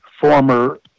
former